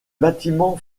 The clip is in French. bâtiments